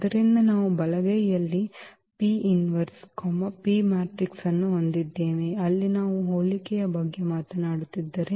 ಆದ್ದರಿಂದ ನಾವು ಬಲಗೈಯಲ್ಲಿ P P ಮ್ಯಾಟ್ರಿಕ್ಸ್ ಅನ್ನು ಹೊಂದಿದ್ದೇವೆ ಅಲ್ಲಿ ನಾವು ಹೋಲಿಕೆಯ ಬಗ್ಗೆ ಮಾತನಾಡುತ್ತಿದ್ದೇವೆ